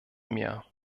meer